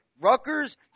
Rutgers